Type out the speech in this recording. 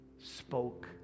spoke